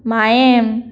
Mayem